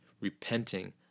repenting